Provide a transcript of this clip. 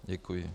Děkuji.